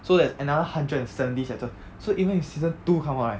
so there's another hundred and seventy chapter so 因为 season two come out right